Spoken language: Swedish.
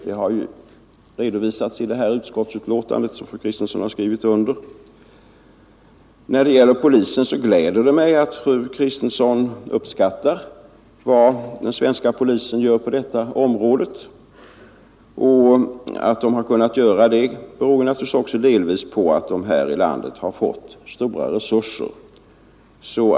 Det har ju redovisats i det här utskottsbetänkandet som fru Kristensson har skrivit under. Det gläder mig att fru Kristensson uppskattar vad den svenska polisen gör på detta område. Att polisen har kunnat göra det beror naturligtvis också delvis på att den här i landet har fått stora resurser.